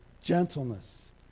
gentleness